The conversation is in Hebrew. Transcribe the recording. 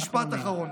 משפט אחרון.